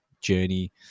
journey